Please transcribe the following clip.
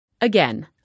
Again